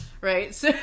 Right